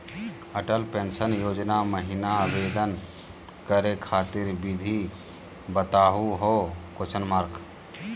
Atal pension Yojana महिना आवेदन करै खातिर विधि बताहु हो?